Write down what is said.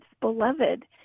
beloved